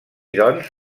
doncs